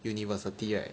university right